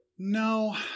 No